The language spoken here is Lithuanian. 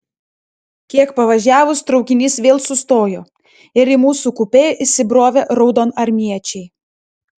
kiek pavažiavus traukinys vėl sustojo ir į mūsų kupė įsibrovė raudonarmiečiai